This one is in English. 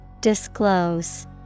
Disclose